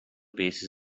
paces